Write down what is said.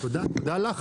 תודה לך.